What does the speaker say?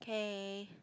okay